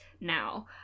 now